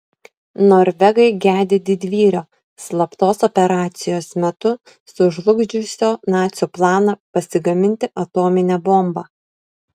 norvegai gedi didvyrio slaptos operacijos metu sužlugdžiusio nacių planą pasigaminti atominę bombą